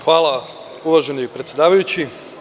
Hvala uvaženi predsedavajući.